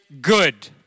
good